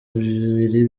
bibiri